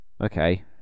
okay